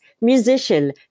musician